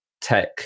tech